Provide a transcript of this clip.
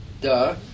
duh